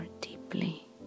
deeply